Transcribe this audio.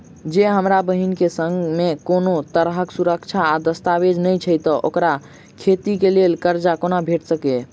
जँ हमरा बहीन केँ सङ्ग मेँ कोनो तरहक सुरक्षा आ दस्तावेज नै छै तऽ ओकरा खेती लेल करजा कोना भेटि सकैये?